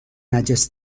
نجس